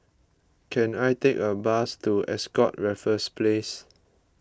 can I take a bus to Ascott Raffles Place